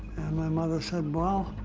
my mother said, well,